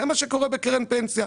זה מה שקורה בקרן פנסיה.